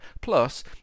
Plus